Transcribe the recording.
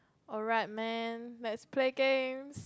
alright man let's play games